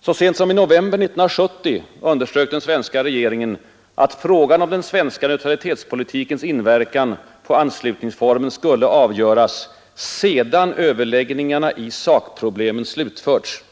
Så sent som i novemberdeklarationen 1970 underströk den svenska regeringen, att frågan om den svenska neutralitetspolitikens inverkan på anslutningsformen skulle avgöras ”sedan överläggningarna i sakproblemen slutförts”.